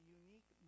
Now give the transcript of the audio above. unique